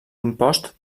impost